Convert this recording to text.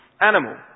Animal